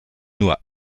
nur